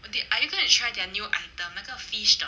oh 对 are you going to try their new item 那个 fish 的